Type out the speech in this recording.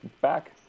back